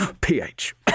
PH